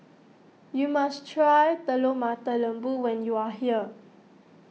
you must try Telur Mata Lembu when you are here